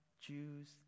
Jews